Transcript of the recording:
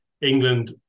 England